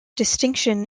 distinction